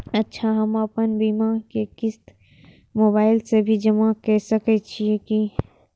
अच्छा हम आपन बीमा के क़िस्त मोबाइल से भी जमा के सकै छीयै की?